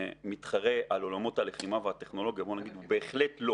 שמתחרה על עולמות הלחימה והטכנולוגיה בוא נגיד: הוא בהחלט לא